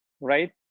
right